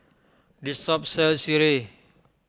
this shop sells Sireh